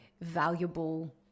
valuable